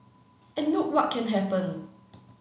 and look what can happen